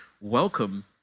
welcome